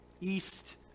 east